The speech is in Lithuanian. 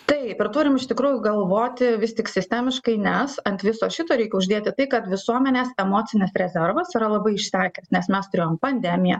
taip ir turim iš tikrųjų galvoti vis tik sistemiškai nes ant viso šito reikia uždėti tai kad visuomenės emocinis rezervas yra labai išsekęs nes mes turėjom pandemiją